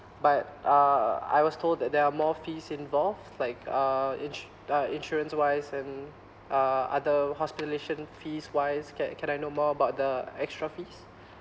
but uh I was told that there are more fees involve like uh ins~ uh insurance wise then uh other hospitalisation fees wise can can I know more about the uh extra fees